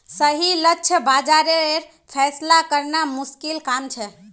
सही लक्ष्य बाज़ारेर फैसला करना मुश्किल काम छे